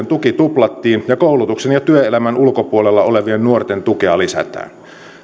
tuki tuplattiin ja koulutuksen ja työelämän ulkopuolella olevien nuorten tukea lisätään